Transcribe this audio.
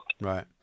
Right